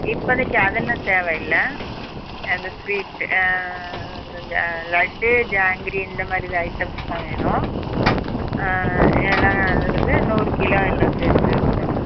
இப்போதைக்கி அதெல்லாம் தேவையில்லை அந்த ஸ்வீட்டு அந்த இந்த லட்டு ஜாங்கிரி இந்தமாதிரி இந்த ஐட்டம்ஸ் தான் வேணும் இல்லைனா அதுவந்து நூறு கிலோ எல்லாம் சேர்த்து கொடுங்க